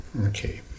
Okay